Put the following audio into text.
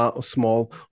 small